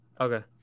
Okay